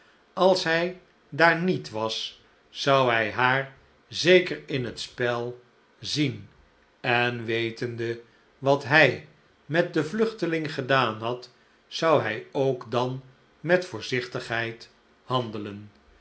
als hi daar niet was zou hij haar zeker in het spel zien en wetende wat hij met den viuchteling gedaan had zou hij ook dan met voorzichtigheid handelen